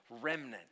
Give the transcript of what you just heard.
remnant